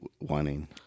wanting